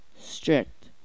Strict